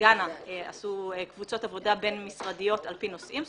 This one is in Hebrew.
בגאנה עשו קבוצות עבודה בין-משרדיות על פי נושאים,